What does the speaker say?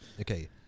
okay